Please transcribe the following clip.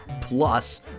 Plus